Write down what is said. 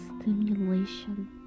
stimulation